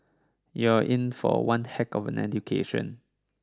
you're in for one heck of an education